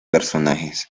personajes